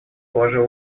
положил